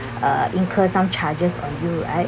uh incur some charges on you right